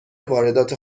واردات